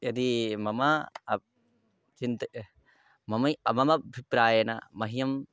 यदि मम अ चिन्ता मम मम अभिप्रायेण मह्यं